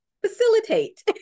Facilitate